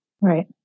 Right